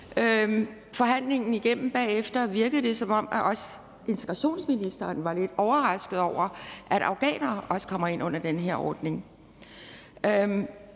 forhandlingen igennem bagefter, virkede det, som om også integrationsministeren var lidt overrasket over det – at afghanere også kommer ind under den her ordning.